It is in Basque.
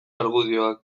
argudioak